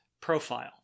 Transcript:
profile